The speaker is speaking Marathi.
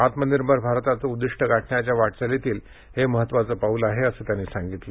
आत्मनिर्भर भारताचे उद्दिष्ट गाठण्याच्या वाटचालीतील हे महत्वाचे पाऊल आहे असंही त्यांनी सांगितलं